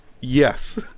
yes